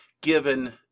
given